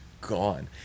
gone